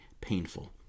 painful